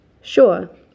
sure